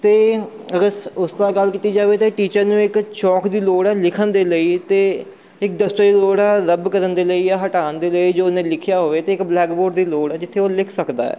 ਅਤੇ ਅਗਰ ਸ ਉਸ ਤਰ੍ਹਾਂ ਗੱਲ ਕੀਤੀ ਜਾਵੇ ਤਾਂ ਟੀਚਰ ਨੂੰ ਇੱਕ ਚੋਕ ਦੀ ਲੋੜ ਹੈ ਲਿਖਣ ਦੇ ਲਈ ਅਤੇ ਇੱਕ ਡਸਟਰ ਦੀ ਲੋੜ ਹੈ ਰਬ ਕਰਨ ਦੇ ਲਈ ਜਾਂ ਹਟਾਉਣ ਦੇ ਲਈ ਜੋ ਉਹਨੇ ਲਿਖਿਆ ਹੋਵੇ ਅਤੇ ਇੱਕ ਬਲੈਕਬੋਰਡ ਦੀ ਲੋੜ ਹੈ ਜਿੱਥੇ ਉਹ ਲਿਖ ਸਕਦਾ